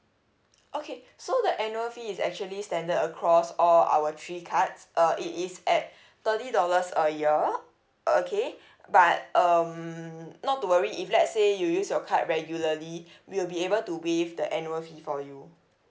okay so the annual fee is actually standard across all our three cards uh it is at thirty dollars a year okay but um not to worry if let say you use your card regularly we'll be able to waive the annual fee for you